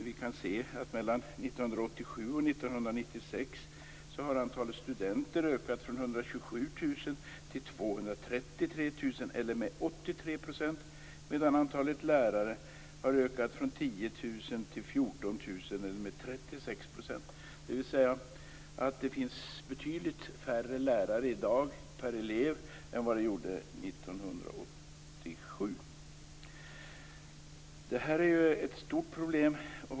Vi kan nämligen se att mellan till 233 000 eller med 83 %, medan antalet lärare ökade från 10 000 till 14 000 eller med 36 %. Det finns alltså betydligt färre lärare per elev i dag än vad det gjorde 1987. Detta är ett stort problem.